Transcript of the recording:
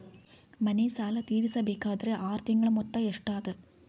ಮನೆ ಸಾಲ ತೀರಸಬೇಕಾದರ್ ಆರ ತಿಂಗಳ ಮೊತ್ತ ಎಷ್ಟ ಅದ?